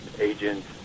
agents